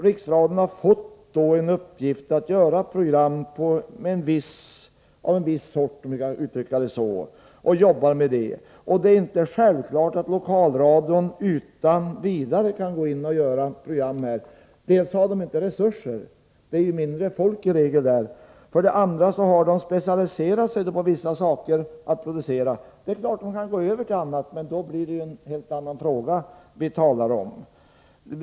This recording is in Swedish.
Riksradion har fått i uppgift att göra program av en viss sort, och det är inte självklart att Lokalradion utan vidare kan gå in och göra program av den arten. För det första har inte Lokalradion resurser, eftersom den i regel har mindre folk. För det andra har de specialiserat sig på vissa typer av program. De kan givetvis gå över till annan verksamhet, men då blir det fråga om något helt annat än det vi nu talar om.